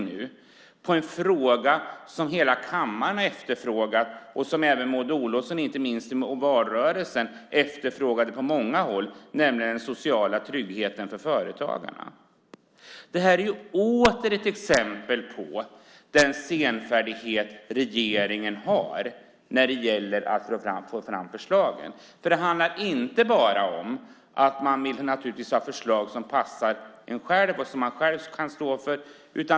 Det gäller en fråga som hela kammaren efterfrågar och som inte minst Maud Olofsson efterfrågade i valrörelsen, nämligen den sociala tryggheten för företagarna. Det är åter ett exempel på den senfärdighet som regeringen har när det gäller att få fram förslag. Det handlar inte bara om att man vill ha förslag som passar en själv och som man själv kan stå för.